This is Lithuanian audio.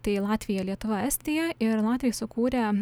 tai latvija lietuva estija ir latviai sukūrė